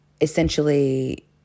essentially